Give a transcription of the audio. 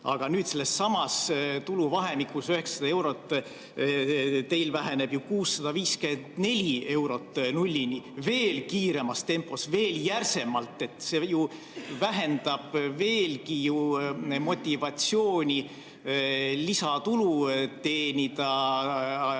Aga nüüd sellessamas tuluvahemikus 900 eurot teil väheneb ju 654 eurot nullini veel kiiremas tempos ja veel järsemalt. See ju vähendab veelgi motivatsiooni lisatulu teenida